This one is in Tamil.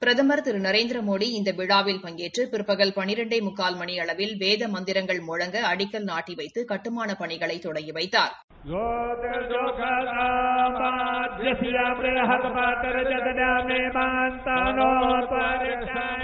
பிரதம் ் திரு நரேந்திரமோடி இந்த விழாவில் பங்கேற்று பிற்பகல் பன்ரெண்டே முக்கால் மணி அளவில் வேத மந்திரங்கள் முழங்க அடிக்கல் நாட்டி வைத்து கட்டுமானப் பணிகளை தொடங்கி வைத்தாா்